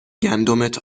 گندمت